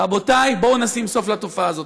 רבותי, בואו נשים סוף לתופעה הזאת.